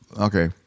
Okay